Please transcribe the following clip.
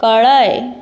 कळय